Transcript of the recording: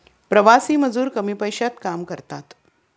प्रवासी मजूर कमी पैशात काम करतात